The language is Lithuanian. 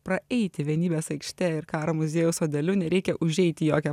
praeiti vienybės aikšte ir karo muziejaus sodeliu nereikia užeit į jokią